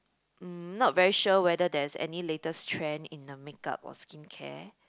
mm not very sure whether there's any latest trend in the makeup or skincare